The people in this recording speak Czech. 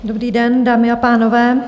Dobrý den, dámy a pánové.